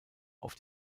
auf